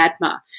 Adma